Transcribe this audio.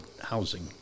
housing